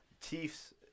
Chiefs